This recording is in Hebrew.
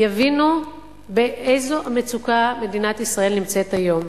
יבינו באיזו מצוקה מדינת ישראל נמצאת היום.